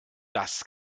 das